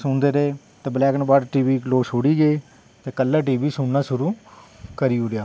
ते सुनदे रेह् ते ब्लैक एंड व्हाईट लोक छुड़ी गे ते कलर टीवी सुनना शुरू करी ओड़ेआ